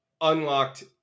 unlocked